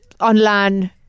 online